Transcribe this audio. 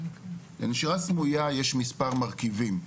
לנשירה סמויה יש מספר מרכיבים,